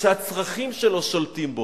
שהצרכים שלו שולטים בו.